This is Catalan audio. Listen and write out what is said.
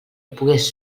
pogués